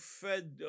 fed